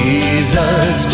Jesus